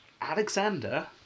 Alexander